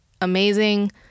amazing